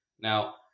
Now